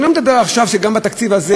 אני לא מדבר עכשיו על זה שגם בתקציב הזה